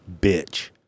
bitch